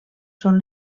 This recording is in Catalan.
són